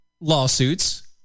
lawsuits